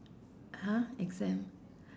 !huh! exam